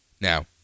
Now